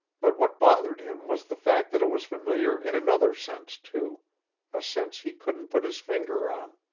but what bothered him was the fact that it was familiar in another sense too a sense he couldn't put his finger on.